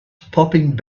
popping